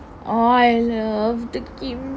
I love kimchi